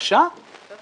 ואין